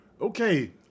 okay